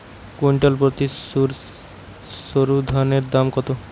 Quintal প্রতি সরুধানের দাম কত?